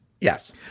Yes